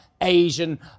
Asian